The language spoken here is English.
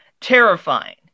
terrifying